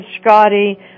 Scotty